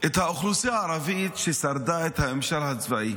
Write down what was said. את האוכלוסייה הערבית ששרדה את הממשל הצבאי